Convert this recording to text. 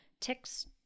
ticks